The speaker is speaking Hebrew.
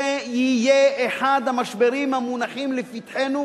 זה יהיה אחד המשברים שיונחו לפתחנו,